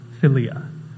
philia